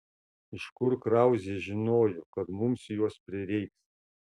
iš kur krauzė žinojo kad mums jos prireiks